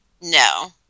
No